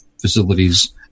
facilities